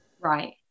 Right